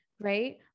right